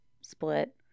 split